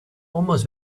almost